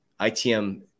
ITM